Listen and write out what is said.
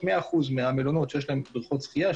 100 אחוזים מהמלונות שיש להם בריכות שחייה,